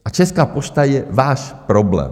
A Česká pošta je váš problém.